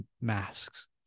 masks